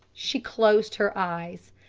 she closed her eyes.